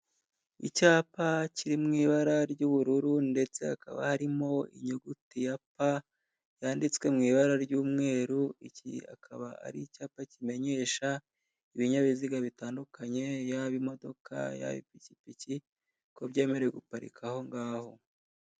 Icyapa kiri mu ibara ry'ubururu ndetse hakaba harimo inyuguti ya "P" yanditswe mu ibara ry'umweru, iki akaba ari icyapa kimenyesha ibinyabiziga bitandukanye, yaba imodoka yaba ipikipiki ko byemewe guparika aho ngaho.